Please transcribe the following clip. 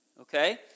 okay